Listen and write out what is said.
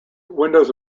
windows